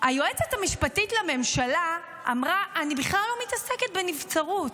היועצת המשפטית לממשלה אמרה: אני בכלל לא מתעסקת בנבצרות.